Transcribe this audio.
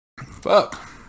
fuck